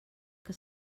que